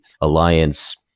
alliance